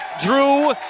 Drew